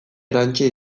erantsia